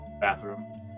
bathroom